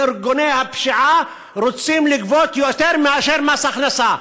וארגוני הפשיעה רוצים לגבות יותר מאשר מס הכנסה.